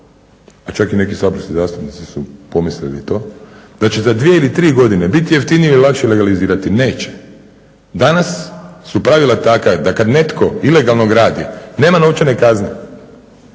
A čak i neki saborski zastupnici su pomislili to da će za 2 ili 3 godine biti jeftinije i lakše legalizirati. Neće. Danas su pravila takva da kada netko ilegalno gradi nema novčane kazne.